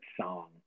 song